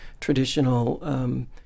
traditional